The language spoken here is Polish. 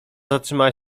zatrzymała